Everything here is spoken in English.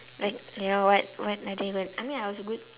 like you know what what I don't even I mean I was a good